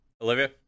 Olivia